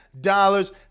dollars